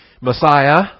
Messiah